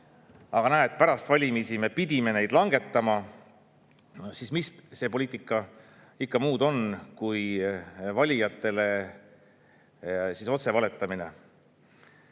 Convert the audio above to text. aga näed, pärast valimisi me pidime neid langetama, siis mis see poliitika ikka muud on kui valijatele otse valetamine.